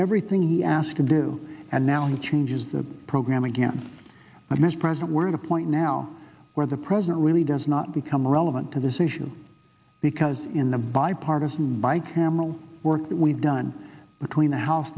everything he asked to do and now he changes the program again i miss present we're in a point now where the president really does not become relevant to this issue because in the bipartisan by camel work that we've done between the house